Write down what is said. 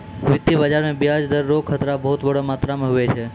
वित्तीय बाजार मे ब्याज दर रो खतरा बहुत बड़ो मात्रा मे हुवै छै